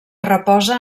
reposa